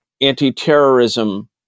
anti-terrorism